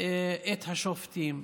את השופטים.